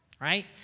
right